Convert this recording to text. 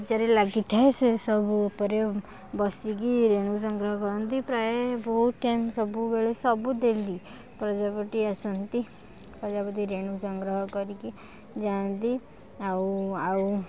ବଗିଚାରେ ଲାଗି ଥାଏ ସେ ସବୁ ଉପରେ ବସିକି ରେଣୁ ସଂଗ୍ରହ କରନ୍ତି ପ୍ରାୟ ବହୁତ୍ ଟାଇମ୍ ସବୁବେଳେ ସବୁ ଡେଲି ପ୍ରଜାପତି ଆସନ୍ତି ପ୍ରଜାପତି ରେଣୁ ସଂଗ୍ରହ କରିକି ଯାଆନ୍ତି ଆଉ ଆଉ